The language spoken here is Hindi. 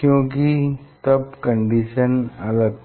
क्योंकि तब कंडीशन अलग थी